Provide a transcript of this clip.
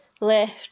left